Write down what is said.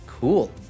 Cool